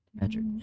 Patrick